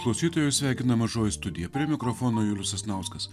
klausytojus sveikina mažoji studija prie mikrofono julius sasnauskas